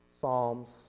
Psalms